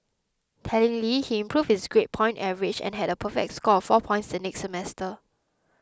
tellingly he improved his grade point average and had a perfect score of four points the next semester